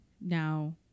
now